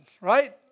right